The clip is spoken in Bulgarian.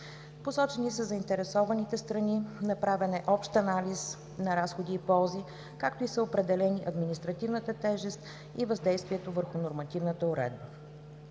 Посочени са заинтересованите страни, направен е общ анализ на разходи и ползи, както и са определени административната тежест и въздействието върху нормативната уредба.